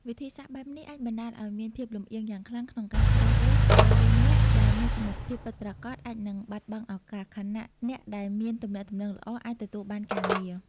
វិធីសាស្ត្របែបនេះអាចបណ្ដាលឲ្យមានភាពលំអៀងយ៉ាងខ្លាំងក្នុងការជ្រើសរើស ដោយអ្នកដែលមានសមត្ថភាពពិតប្រាកដអាចនឹងបាត់បង់ឱកាស ខណៈអ្នកដែលមានទំនាក់ទំនងល្អអាចទទួលបានការងារ។